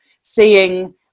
seeing